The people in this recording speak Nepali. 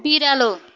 बिरालो